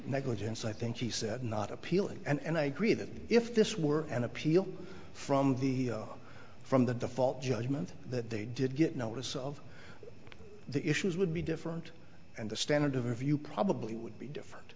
negligence i think he said not appealing and i agree that if this were an appeal from the from the default judgment that they did get notice of the issues would be different and the standard of review probably would be different